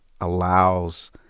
allows